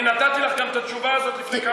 אני נתתי לך גם את התשובה הזאת לפני כמה,